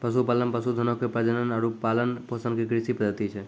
पशुपालन, पशुधनो के प्रजनन आरु पालन पोषण के कृषि पद्धति छै